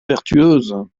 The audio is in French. vertueuse